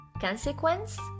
Consequence